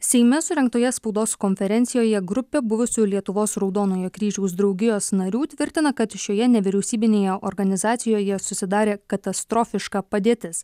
seime surengtoje spaudos konferencijoje grupė buvusių lietuvos raudonojo kryžiaus draugijos narių tvirtina kad šioje nevyriausybinėje organizacijoje susidarė katastrofiška padėtis